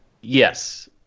Yes